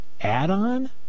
add-on